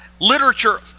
literature